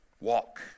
Walk